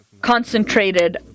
concentrated